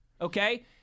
okay